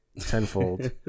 tenfold